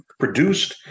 produced